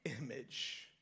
image